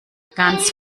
ganz